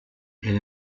elle